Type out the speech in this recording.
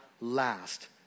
last